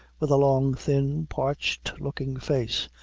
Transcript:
with a long, thin, parched looking face,